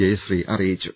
ജയശ്രീ അറിയിച്ചു